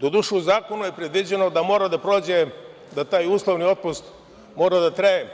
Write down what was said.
Doduše u zakonu je predviđeno da taj uslovni otpust mora da traje